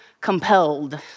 compelled